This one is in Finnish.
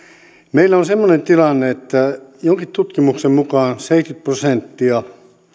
meillä on semmoinen tilanne että jonkin tutkimuksen mukaan seitsemänkymmentä prosenttia